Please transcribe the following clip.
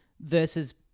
versus